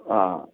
হ্যাঁ